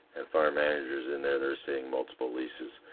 and farm managers in there, they're seeing multiple leases.